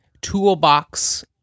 toolbox